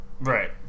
Right